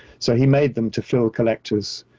so he made them to fill collectors,